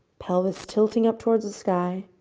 pelvis tilting up towards the sky.